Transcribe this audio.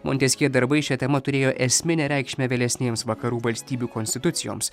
monteskjė darbai šia tema turėjo esminę reikšmę vėlesnėms vakarų valstybių konstitucijoms